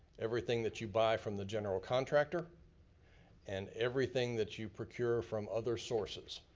everything that you buy from the general contractor and everything that you procure from other sources,